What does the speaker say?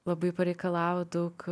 labai pareikalavo daug